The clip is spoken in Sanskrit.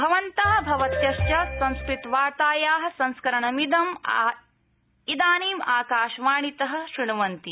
भवन्त भवत्यश्च संस्कृतवार्ताया संस्करणमिदं इदानीम् आकाशवाणीत श्रण्वन्ति